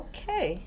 Okay